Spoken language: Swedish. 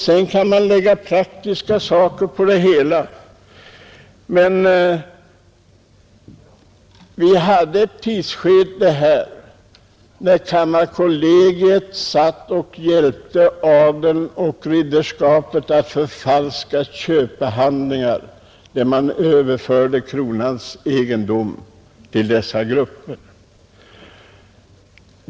Sedan kan vi lägga praktiska synpunkter på det hela. Vi hade ett tidsskede när kammarkollegiet satt och hjälpte adeln och ridderskapet att förfalska köpehandlingar och överförde Kronans egendom till dessa grupper.